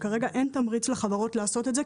כרגע אין תמריץ לחברות לעשות את זה,